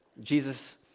Jesus